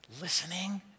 listening